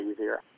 easier